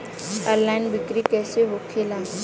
Online बिक्री कैसे होखेला?